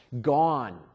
Gone